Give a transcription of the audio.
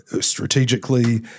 Strategically